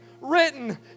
written